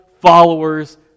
followers